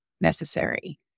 necessary